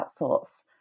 outsource